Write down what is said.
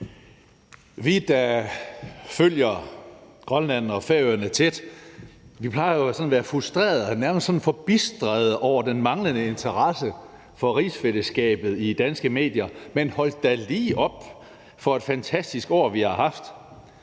Vi, der følger Grønland og Færøerne tæt, plejer jo sådan at være frustrerede, nærmest sådan forbistrede over den manglende interesse i rigsfællesskabet i danske medier, men hold da lige op for et fantastisk år, vi har haft.